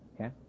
Okay